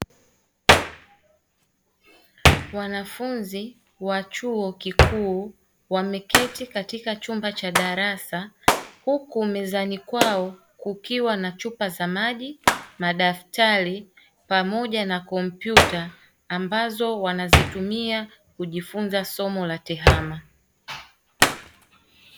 Wanafunzi wa chuo kikuu wameketi katika chumba huku mezani kwao kukiwa na chupa za maji, madaftari pamoja na kompyuta ambazo kujifunza somo la tehama.